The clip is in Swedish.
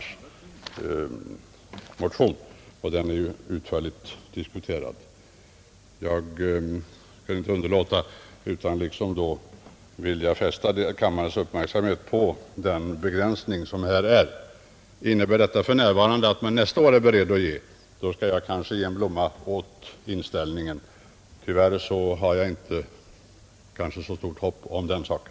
Den motionen är ju utförligt diskuterad. Jag kan inte underlåta att fästa kammarens uppmärksamhet på den begränsning som här är. Innebär detta ”för närvarande” att man nästa år är beredd att ge, då skall jag kanske skänka en blomma åt den inställningen. Tyvärr har jag inte så stort hopp om den saken.